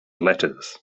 letters